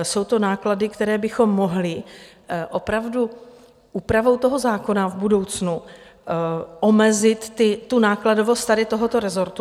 Jsou to náklady, které bychom mohli opravdu úpravou toho zákona v budoucnu omezit, nákladovost tohoto rezortu.